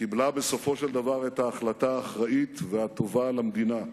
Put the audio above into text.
קיבלה בסופו של דבר את ההחלטה האחראית והטובה למדינה: